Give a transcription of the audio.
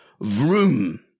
Vroom